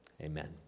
amen